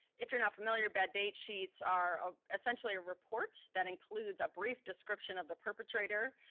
if you're not familiar, bad date sheets are essentially a report that includes a brief description of the perpetrator,